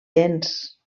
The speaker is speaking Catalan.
dents